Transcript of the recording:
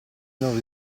non